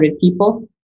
people